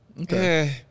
Okay